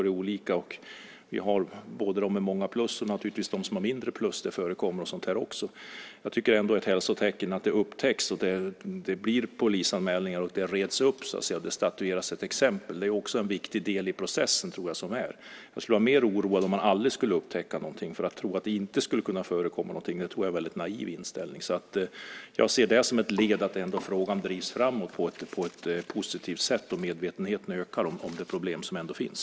Där finns både sådana som har många plus och sådana som har färre plus. Jag tycker ändå att det är ett hälsotecken att detta upptäcks och att det blir polisanmälningar, reds ut och statueras exempel. Det är också en viktig del i processen. Jag skulle vara mer oroad om man aldrig skulle upptäcka någonting. Att tro att det inte skulle förekomma något sådant är en väldigt naiv inställning. Jag ser ändå detta som ett led i att frågan drivs framåt på ett positivt sätt och att medvetenheten ökar om de problem som ändå finns.